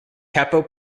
capo